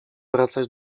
wracać